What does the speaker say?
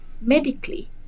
medically